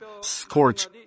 scorch